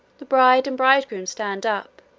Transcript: the bride and bridegroom stand up,